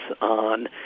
on